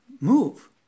move